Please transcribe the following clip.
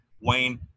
Wayne